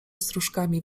strużkami